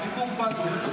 הציבור בז לך.